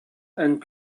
and